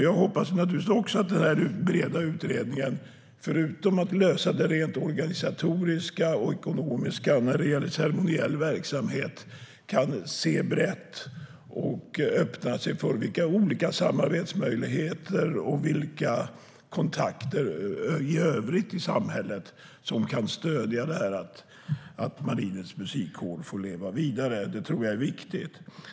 Jag hoppas att utredningen förutom att lösa det rent organisatoriska och ekonomiska när det gäller ceremoniell verksamhet kan se brett och öppna sig för vilka olika samarbetsmöjligheter och kontakter i övrigt i samhället som finns som kan stödja att Marinens Musikkår får leva vidare. Det tror jag är viktigt.